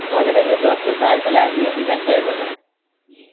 মই যদি নেটত চাই পেলাই দিওঁ ডিজাইন পাৰিব নাই